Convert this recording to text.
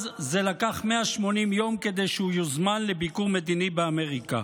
אז זה לקח 180 יום כדי שהוא יוזמן לביקור מדיני באמריקה.